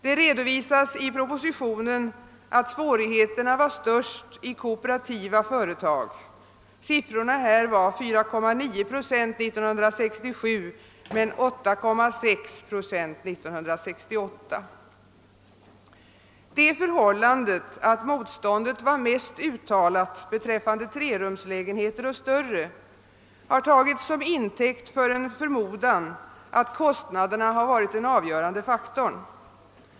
— Det redovisas i propositionen att svårigheterna var störst i kooperativa företag. Här var siffrorna 4,9 procent år 1967 men 8,6 procent år 1968. Det förhållandet, att motståndet var mest uttalat beträffande trerumslägenheter och större, har tagits som intäkt för en förmodan att kostnaderna varit en avgörande faktor.